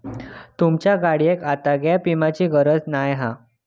तुमच्या गाडियेक आता गॅप विम्याची गरज नाय हा